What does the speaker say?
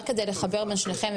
צעירים): רק כדי לחבר בין שניכם,